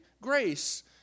grace